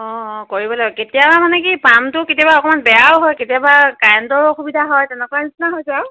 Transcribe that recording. অঁ কৰিব লাগিব কেতিয়াবা মানে কি পাম্পটো কেতিয়াবা অকণমান বেয়াও হয় কেতিয়াবা কাৰেণ্টৰো অসুবিধা হয় তেনেকুৱা নিচিনা হৈছে আৰু